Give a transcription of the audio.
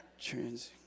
trans